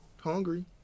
hungry